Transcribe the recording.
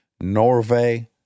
Norway